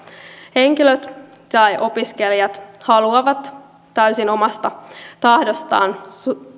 henkilöt tai opiskelijat haluavat täysin omasta tahdostaan